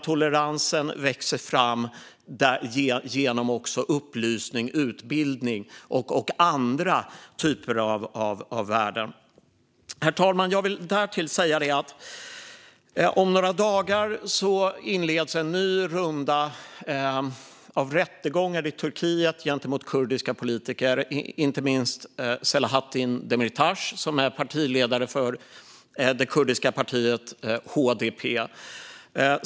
Toleransen växer fram genom upplysning, utbildning och andra typer av värden. Herr talman! Jag vill därtill säga att om några dagar inleds en ny runda av rättegångar i Turkiet gentemot kurdiska politiker, inte minst Selahattin Demirtas som är partiledare för det kurdiska partiet HDP.